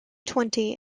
twenty